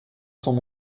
sont